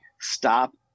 stop